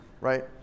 right